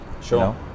sure